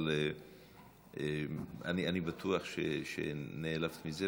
אבל אני בטוח שנעלבת מזה,